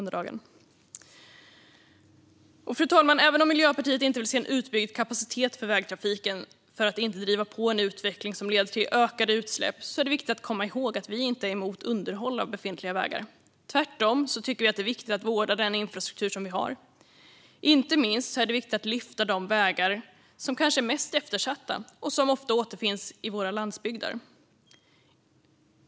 Fru talman! Även om Miljöpartiet inte vill se en utbyggd kapacitet för vägtrafiken, för att inte driva på en utveckling som leder till ökade utsläpp, är det viktigt att komma ihåg att vi inte är emot underhåll av befintliga vägar. Tvärtom tycker vi att det är viktigt att vårda den infrastruktur som vi har. Inte minst är det viktigt att lyfta fram de vägar som kanske är mest eftersatta och som ofta återfinns i våra landsbygder.